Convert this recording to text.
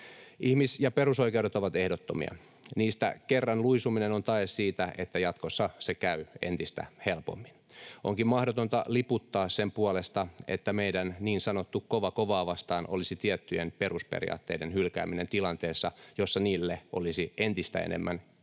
Ihmis- ja perusoikeudet ovat ehdottomia. Niistä kerran luisuminen on tae siitä, että jatkossa se käy entistä helpommin. Onkin mahdotonta liputtaa sen puolesta, että meidän niin sanottu kova kovaa vastaan olisi tiettyjen perusperiaatteiden hylkääminen tilanteessa, jossa niille olisi entistä enemmän kysyntää